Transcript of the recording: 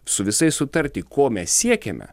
su visais sutarti ko mes siekiame